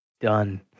Done